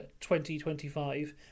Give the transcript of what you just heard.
2025